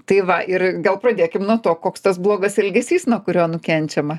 tai va ir gal pradėkim nuo to koks tas blogas elgesys nuo kurio nukenčiama